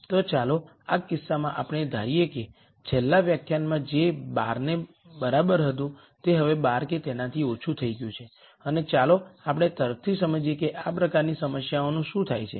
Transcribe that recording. તો ચાલો આ કિસ્સામાં આપણે ધારીએ કે છેલ્લા વ્યાખ્યાનમાં જે 12 ને બરાબર હતું તે હવે 12 કે તેનાથી ઓછું થઈ ગયું છે અને ચાલો આપણે તર્કથી સમજીએ કે આ પ્રકારની સમસ્યાઓનું શું થાય છે